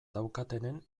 daukatenen